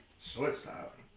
Shortstop